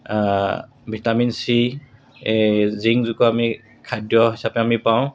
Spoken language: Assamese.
ভিটামিন চি এই জিংকযুক্ত আমি খাদ্য হিচাপে আমি পাওঁ